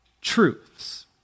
truths